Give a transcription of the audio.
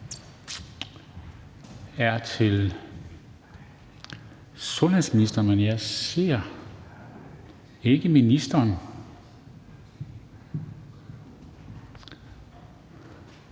er til sundhedsministeren, men jeg ser ikke ministeren.